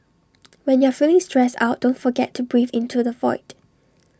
when you are feeling stressed out don't forget to breathe into the void